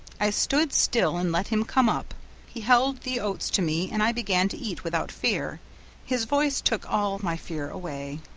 i stood still and let him come up he held the oats to me, and i began to eat without fear his voice took all my fear away.